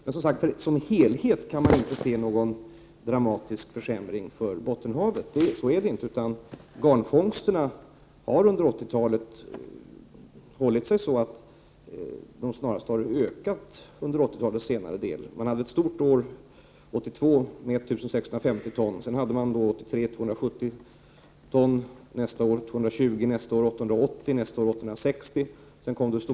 Men man kan inte se någon dramatisk försämring för Bottenhavet i dess Prot. 1988/89:60 helhet. Så är inte fallet, utan garnfångsterna har under 80-talets senare del 2 februari 1989 snarast ökat. 1982 var ett bra år med 1 650 ton, 1983 uppgick fångsten till 270 ton, 220 ton år 1984, 880 ton år 1985 och 860 ton år 1986.